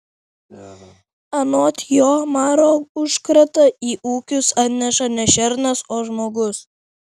anot jo maro užkratą į ūkius atneša ne šernas o žmogus